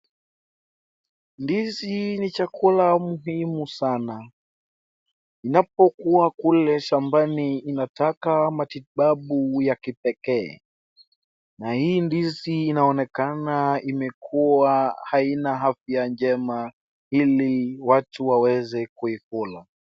Ndizi ni chakula muhimu sana. Inapokuwa kule shambani inataka matibabu ya kipekee na hii ndizi inaonekana imekuwa haina afya njema ili watu waweze kuikula.